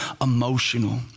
emotional